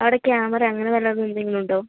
അവിടെ ക്യാമറ അങ്ങനെ വല്ലതും എന്തെങ്കിലും ഉണ്ടോ